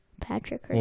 Patrick